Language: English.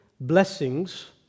blessings